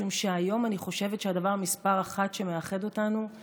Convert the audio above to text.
משום שהיום אני חושבת שהדבר מס' אחת שמאחד אותנו הוא